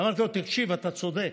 אמרתי לו: תקשיב, אתה צודק.